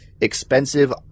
expensive